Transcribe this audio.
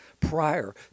prior